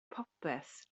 popeth